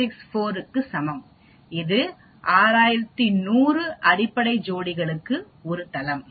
000164 க்கு சமம் இது 6100 அடிப்படை ஜோடிகளுக்கு ஒரு தளம்